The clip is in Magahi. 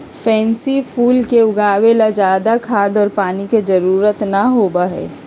पैन्सी फूल के उगावे ला ज्यादा खाद और पानी के जरूरत ना होबा हई